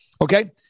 Okay